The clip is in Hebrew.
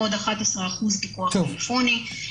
עוד כ-11% פיקוח טלפוני.